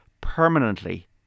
permanently